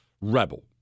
rebel